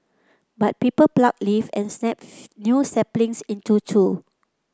but people pluck leaves and snap new saplings into two